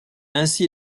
ainsi